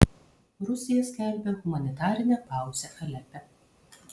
rusija skelbia humanitarinę pauzę alepe